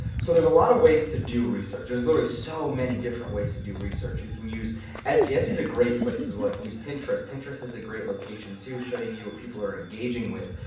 so there's a lot of ways to do research. there's literally so many different ways to do research. you can use etsy, etsy is a great place as well. you can use pinterest, pinterest is a great location too, showing you what people are engaging with.